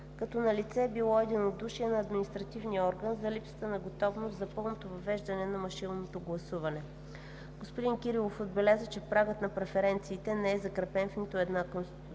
като налице е било единодушие на административния орган за липса на готовност за пълното въвеждане на машинното гласуване. Господин Кирилов отбеляза, че прагът на преференциите не е закрепен в нито една конституционна